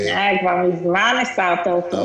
כבר מזמן הסרת אותו.